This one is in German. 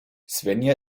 svenja